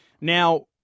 Now